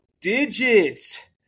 digits